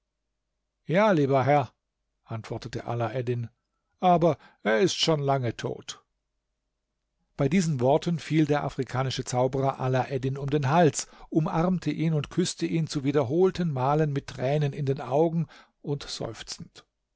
ja lieber herr antwortete alaeddin aber er ist schon lange tot bei diesen worten fiel der afrikanische zauberer alaeddin um den hals umarmte ihn und küßte ihn zu wiederholten malen mit tränen in den augen und seufzend